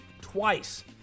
twice